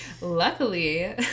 luckily